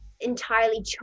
entirely